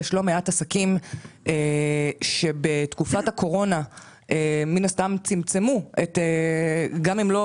יש לא מעט עסקים שבתקופת הקורונה מן הסתם צמצמו את הפעילות